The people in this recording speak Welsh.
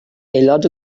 aelod